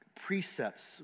precepts